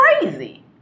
crazy